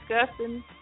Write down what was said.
discussing